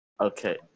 Okay